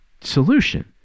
solution